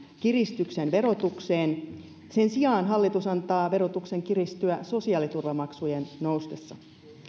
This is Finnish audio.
kiristyksen verotukseen sen sijaan hallitus antaa verotuksen kiristyä sosiaaliturvamaksujen noustessa